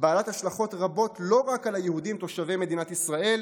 בעלת השלכות רבות לא רק על היהודים תושבי מדינת ישראל,